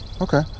okay